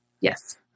yes